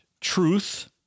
truth